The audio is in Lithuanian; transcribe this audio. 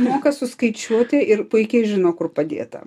moka suskaičiuoti ir puikiai žino kur padėta